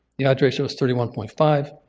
the odds ratio is thirty one point five.